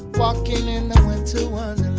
walking in a winter.